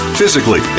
physically